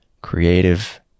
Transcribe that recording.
creative